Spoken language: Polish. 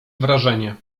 wrażenie